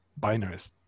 binaries